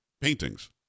paintings